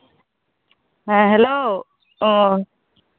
ᱦᱮᱸ ᱦᱮᱞᱳ ᱚ